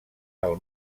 del